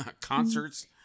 concerts